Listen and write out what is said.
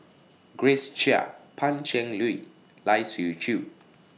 Grace Chia Pan Cheng Lui Lai Siu Chiu